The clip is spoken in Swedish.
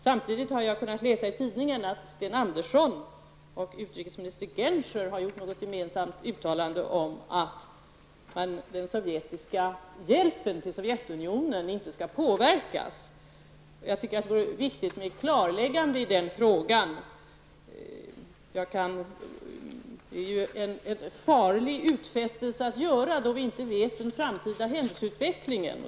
Samtidigt har jag kunnat läsa i tidningen att Sten Andersson och utrikesminister Genscher har gjort något gemensamt uttalande om att hjälpen till Sovjetunionen inte skall påverkas. Jag tror att det vore viktigt med ett klarläggande i den frågan. Det är ju en farlig utfästelse att göra när vi inte känner till den framtida händelseutvecklingen.